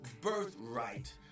birthright